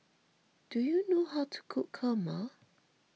do you know how to cook Kurma